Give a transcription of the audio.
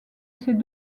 ces